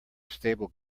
stable